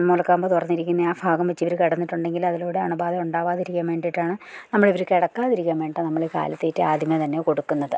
മുലക്കാമ്പ് തുറന്നിരിക്കുന്നതു തന്നെയാണ് ഭാഗം വെച്ചിവർ കിടന്നിട്ടുണ്ടെങ്കിലതിലൂടെ അണുബാധ ഉണ്ടാകാതിരിക്കാൻ വേണ്ടിയിട്ടാണ് നമ്മളിവർ കിടക്കാതിരിക്കാൻ വേണ്ടിയിട്ടാണ് നമ്മളീ കാലത്തീറ്റ ആദ്യമേ തന്നെ കൊടുക്കുന്നത്